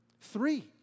Three